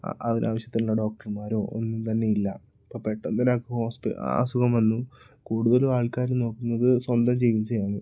അതിനാവശ്യത്തിനുള്ള ഡോക്ടർമാരോ ഒന്നും തന്നെ ഇല്ല ഇപ്പം പെട്ടെന്നൊരാൾക്ക് ഹോസ്പിറ്റലിൽ അസുഖം വന്നു കൂടുതലും ആൾക്കാരും നോക്കുന്നത് സ്വന്തം ചികിത്സയാണ്